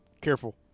Careful